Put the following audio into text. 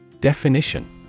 Definition